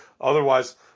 otherwise